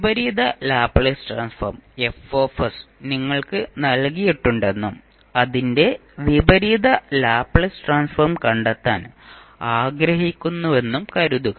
വിപരീത Laplace transform F നിങ്ങൾക്ക് നൽകിയിട്ടുണ്ടെന്നും അതിന്റെ വിപരീത ലാപ്ലേസ് ട്രാൻസ്ഫോം കണ്ടെത്താൻ ആഗ്രഹിക്കുന്നുവെന്നും കരുതുക